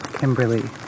Kimberly